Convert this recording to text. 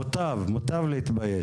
מותר להתבייש.